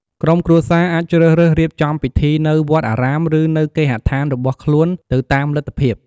ក្រុមគ្រួសារអាចជ្រើសរើសរៀបចំពិធីនៅ វត្តអារាម ឬនៅ គេហដ្ឋាន របស់ខ្លួន ទៅតាមលទ្ធភាព។